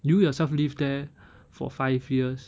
you yourself live there for five years